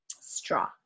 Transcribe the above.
straw